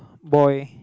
boy